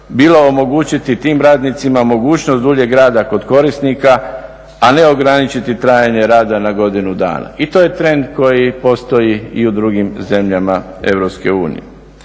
bilo omogućiti tim radnicima mogućnost duljeg rada kod korisnika, a ne ograničiti trajanje rada na godinu dana i to je trend koji postoji i u drugim zemljama